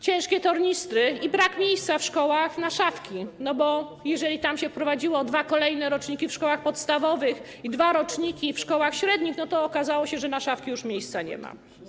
Ciężkie tornistry i brak miejsca w szkołach na szafki, bo jeżeli się wprowadziło dwa kolejne roczniki w szkołach podstawowych i dwa roczniki w szkołach średnich, to okazało się, że na szafki już miejsca nie ma.